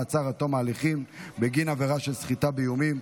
מעצר עד תום ההליכים בגין עבירה של סחיטה באיומים),